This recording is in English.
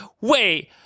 wait